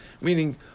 Meaning